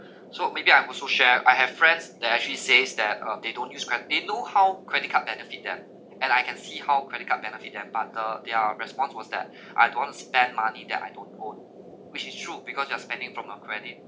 oh so maybe I'm also share I have friends that actually says that uh they don't use cred~ they know how credit card benefit them and I can see how credit card benefit them but uh their response was that I don't spend money that I don't own which is true because you are spending from a credit